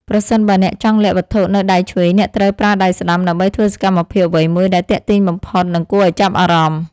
ប្រសិនបើអ្នកចង់លាក់វត្ថុនៅដៃឆ្វេងអ្នកត្រូវប្រើដៃស្តាំដើម្បីធ្វើសកម្មភាពអ្វីមួយដែលទាក់ទាញបំផុត និង គួរឱ្យចាប់អារម្មណ៍។